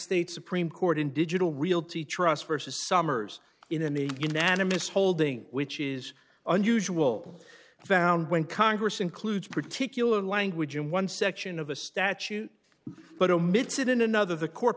states supreme court in digital realty trust versus summers in the unanimous holding which is unusual found when congress includes particular language in one section of a statute but omits it in another the court